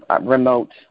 remote